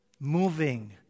moving